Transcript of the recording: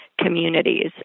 communities